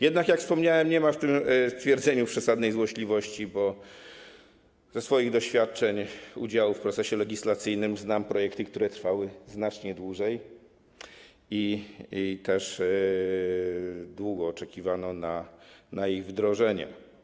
Jednak, jak wspomniałem, nie ma w tym stwierdzeniu przesadnej złośliwości, bo ze swoich doświadczeń udziału w procesie legislacyjnym znam projekty, w przypadku których trwało to znacznie dłużej i też długo oczekiwano na ich wdrożenie.